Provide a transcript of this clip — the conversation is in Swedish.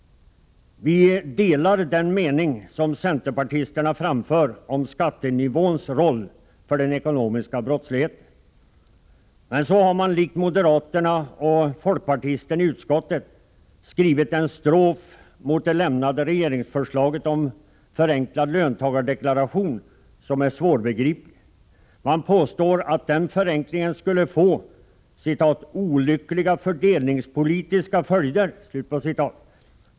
Vi delar den mening centerpartisterna framför om skattenivåns roll för den ekonomiska brottsligheten. Men så har man, likt moderaterna och folkpartisten i utskottet, skrivit en strof mot det lämnade regeringsförslaget om förenklad löntagardeklaration som är svårbegriplig. Man påstår att den förenklingen ”får olyckliga fördelningspolitiska följder”.